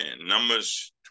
Numbers